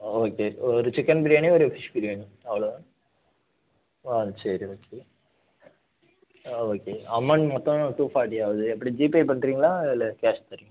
okay ஒரு chicken biryani ஒரு fish biryani அவ்வளோ தான் ஆ சரி ஓகே ஆ ஓகே அமௌண்ட் மொத்தம் டூ ஃபார்ட்டி ஆகுது எப்படி ஜிபே பண்ணுறிங்களா இல்லை கேஷ் தருவிங்களா